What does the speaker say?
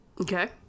okay